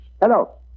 Hello